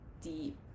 deep